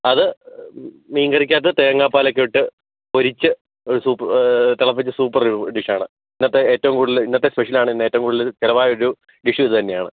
അത് മീൻകറിക്കകത്ത് തേങ്ങാപാലൊക്കെ ഇട്ട് പൊരിച്ച് ഒരു സൂപ്പ് തിളപ്പിച്ച സൂപ്പർ ഒരു ഡിഷ് ആണ് ഇന്നത്തെ ഏറ്റവും കൂടുതൽ ഇന്നത്തെ സ്പെഷ്യൽ ആണ് ഇന്ന് ഏറ്റവും കൂടുതൽ ചെലവായൊരു ഡിഷും ഇതുതന്നെയാണ്